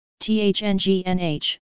THNGNH